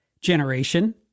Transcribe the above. generation